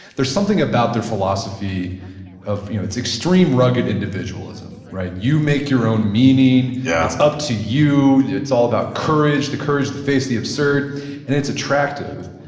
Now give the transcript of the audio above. there's something about their philosophy of you know its extreme rugged individualism, right? you make your own meaning. yeah it's up to you. it's all about courage the courage to face the absurd and it's attractive.